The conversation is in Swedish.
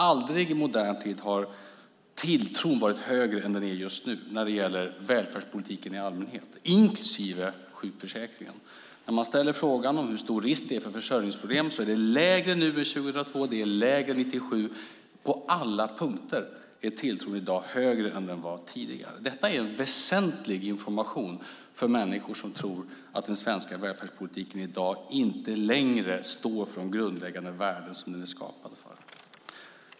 Aldrig i modern tid har tilltron varit högre än den är just nu när det gäller välfärdspolitiken i allmänhet, inklusive sjukförsäkringen. När man ställer frågan om hur stor risk det är för försörjningsproblem är siffrorna lägre nu än 2002 och 1997. På alla punkter är tilltron i dag högre än den var tidigare. Detta är en väsentlig information för människor som tror att den svenska välfärdspolitiken inte längre står för de grundläggande värden som den ska.